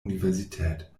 universität